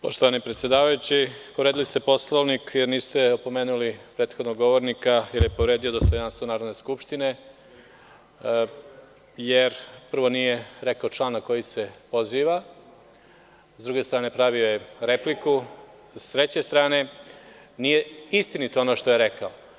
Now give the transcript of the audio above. Poštovani predsedavajući, povredili ste Poslovnik jer niste opomenuli prethodnog govornika jer je povredio dostojanstvo Narodne skupštine, jer prvo nije rekao član na koji se poziva, s druge strane pravio je repliku, s treće strane nije istinito ono što je rekao.